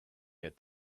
heard